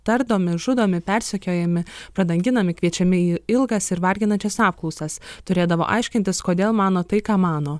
tardomi žudomi persekiojami pradanginami kviečiami į ilgas ir varginančias apklausas turėdavo aiškintis kodėl mano tai ką mano